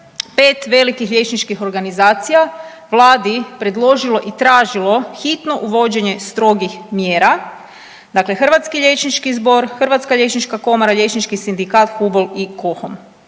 pet velikih liječničkih organizacija Vladi predložilo i tražilo hitno uvođenje strogih mjera, dakle Hrvatski liječnički zbor, Hrvatska liječnička komora, Liječnički sindikat, HUBOL i KOHAM.